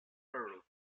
earl